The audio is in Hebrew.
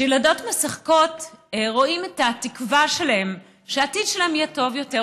כשילדות משחקות רואים את התקווה שלהן שהעתיד שלהן יהיה טוב יותר,